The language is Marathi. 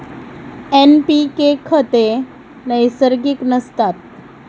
एन.पी.के खते नैसर्गिक नसतात